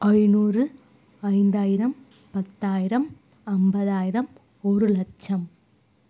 ஐநூறு ஐந்தாயிரம் பத்தாயிரம் ஐம்பதாயிரம் ஒரு லட்சம்